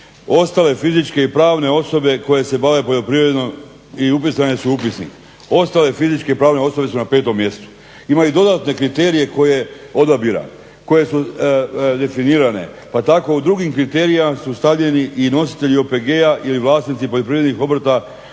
ostale fizičke i pravne osobe koje se bave poljoprivredom i upisane su u upisnik, ostale fizičke i pravne osobe su na 5 mjestu." Imaju dodatne kriterije kod odabira koje su definirane, pa tako u drugim kriterijima su stavljeni i nositelji OPG-a ili vlasnici poljoprivrednih obrta